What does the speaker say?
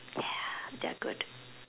yeah they're good